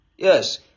yes